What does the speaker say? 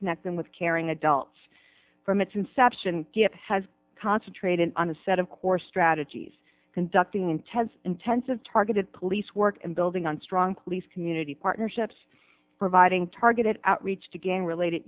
connect them with caring adults from its inception give has concentrated on a set of core strategies conducting intense intensive targeted police work and building on strong police community partnerships providing targeted outreach to gang related